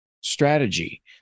strategy